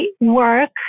work